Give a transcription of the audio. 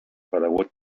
paraguay